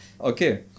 Okay